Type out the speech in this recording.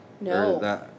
No